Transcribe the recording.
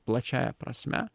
plačiąja prasme